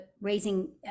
Raising